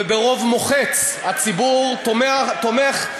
וברוב מוחץ הציבור תומך,